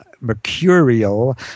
Mercurial